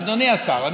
אדוני השר,